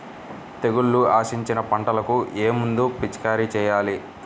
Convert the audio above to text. తెగుళ్లు ఆశించిన పంటలకు ఏ మందు పిచికారీ చేయాలి?